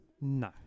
No